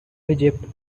egypt